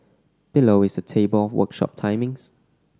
below is a table of workshop timings